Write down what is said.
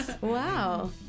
Wow